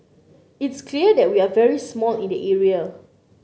it's clear that we are very small in that area